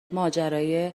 ماجرای